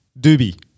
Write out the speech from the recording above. Doobie